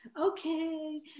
okay